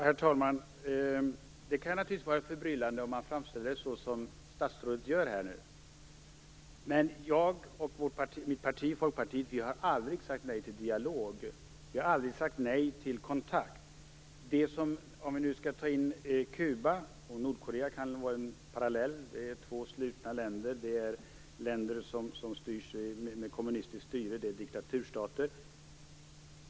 Herr talman! Det kan naturligtvis vara förbryllande när man framställer det hela så som statsrådet gör. Men mitt parti, Folkpartiet, och jag har aldrig sagt nej till dialog. Vi har aldrig sagt nej till kontakt. Kuba och Nordkorea är två paralleller. De är två slutna länder. De är länder med kommunistiskt styre - diktaturstater.